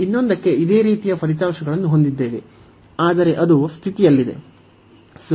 ನಾವು ಇನ್ನೊಂದಕ್ಕೆ ಇದೇ ರೀತಿಯ ಫಲಿತಾಂಶಗಳನ್ನು ಹೊಂದಿದ್ದೇವೆ ಆದರೆ ಅದು ಸ್ಥಿತಿಯಲ್ಲಿದೆ